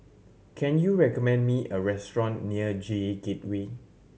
can you recommend me a restaurant near J Gateway